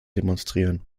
demonstrieren